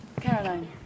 Caroline